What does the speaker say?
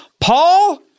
Paul